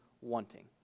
wanting